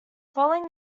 following